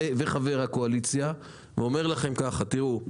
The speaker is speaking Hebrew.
וחבר הקואליציה ואומר לכם ככה: תראו,